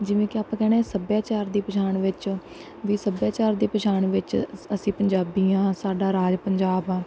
ਜਿਵੇਂ ਕਿ ਆਪਾਂ ਕਹਿੰਦੇ ਸੱਭਿਆਚਾਰ ਦੀ ਪਛਾਣ ਵਿੱਚ ਵੀ ਸੱਭਿਆਚਾਰ ਦੀ ਪਛਾਣ ਵਿੱਚ ਅਸੀਂ ਪੰਜਾਬੀ ਹਾਂ ਸਾਡਾ ਰਾਜ ਪੰਜਾਬ ਆ